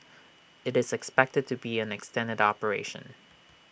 IT is expected to be an extended operation